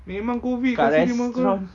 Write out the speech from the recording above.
memang COVID lasi lima [pe]